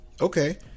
Okay